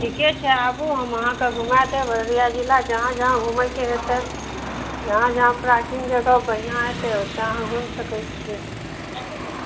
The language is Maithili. ठिके छै आबू हम अहाँकेँ घुमै देब अररिया जिला जहाँ जहाँ घुमैके हेतै जहाँ जहाँ प्राचीन जगह बढ़िआँ हेतै ओतए अहाँ घुमि सकै छिए